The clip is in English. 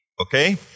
okay